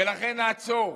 ולכן נעצור.